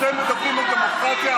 אתם מדברים על דמוקרטיה?